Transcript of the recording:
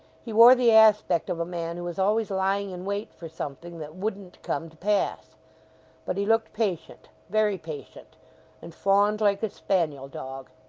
he wore the aspect of a man who was always lying in wait for something that wouldn't come to pass but he looked patient very patient and fawned like a spaniel dog.